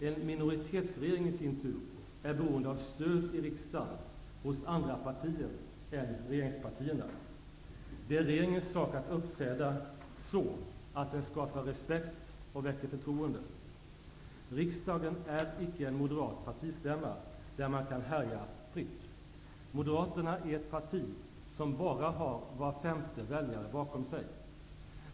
En minoritetsregering är i sin tur beroende av stöd i riksdagen hos andra partier än regeringspartierna. Det är regeringens sak att uppträda så, att den skapar respekt och väcker förtroende. Riksdagen är inte en moderat partistämma, där man kan härja fritt. Moderaterna är ett parti som bara har var femte väljare bakom sig.